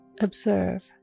Observe